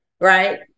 Right